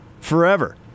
forever